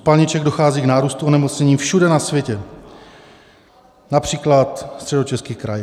U spalniček dochází k nárůstu onemocnění všude na světě, například Středočeský kraj.